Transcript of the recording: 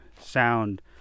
sound